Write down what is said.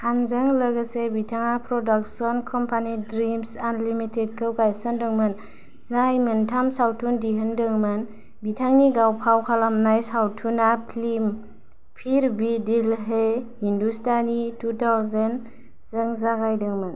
खानजों लोगोसे बिथाङा प्रडाक्शन कम्पानी ड्रीम्ज आनलिमिटेडखौ गायसनदोंमोन जाय मोनथाम सावथुन दिहुनदोंमोन बिथांनि गाव फाव खालामनाय सावथुना film 'Phir Bhi Dil Hai Hindustani' two thousand जों जागायदोंमोन